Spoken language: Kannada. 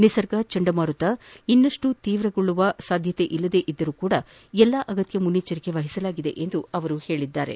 ನಿಸರ್ಗ ಚಂಡಮಾರುತ ಇನ್ನಷ್ಟು ತೀವ್ರಗೊಳ್ಳುವ ಸಾಧ್ಯತೆ ಇಲ್ಲದೇ ಇದ್ದರೂ ಸಹ ಎಲ್ಲಾ ಅಗತ್ಯ ಮುನ್ನೆಚ್ಲರಿಕೆ ವಹಿಸಲಾಗಿದೆ ಎಂದು ಅವರು ಹೇಳಿದ್ದಾರೆ